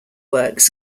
works